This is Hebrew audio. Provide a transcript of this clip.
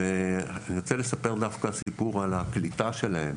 אני ארצה לספר סיפור דווקא על הקליטה שלהם.